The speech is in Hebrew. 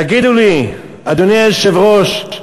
תגידו לי, אדוני היושב-ראש,